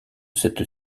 cette